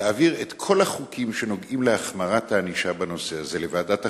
תעביר את כל החוקים שנוגעים להחמרת הענישה בנושא הזה לוועדת החוקה.